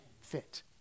fit